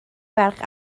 ferch